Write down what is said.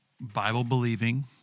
Bible-believing